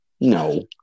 No